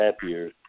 happier